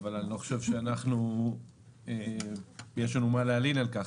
אבל אני לא חושב שיש לנו מה להלין על כך.